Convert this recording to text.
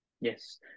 Yes